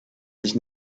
sich